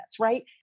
right